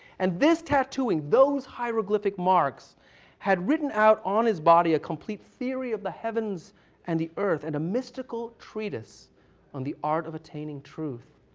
and this tattooing, those hieroglyphic marks had written out on his body a complete theory of the heavens and the earth and a mystical treatise on the art of attaining truth,